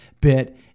bit